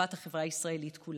לטובת החברה הישראלית כולה.